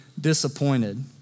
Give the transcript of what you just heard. disappointed